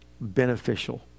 beneficial